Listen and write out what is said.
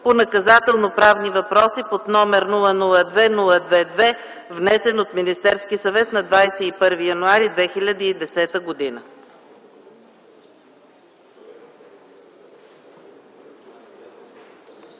по наказателноправни въпроси, № 002-02-2, внесен от Министерския съвет на 21 януари 2010 г.